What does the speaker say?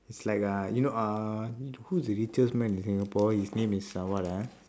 it's like uh you know uh who is the richest man in singapore his name is uh what ah